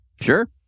Sure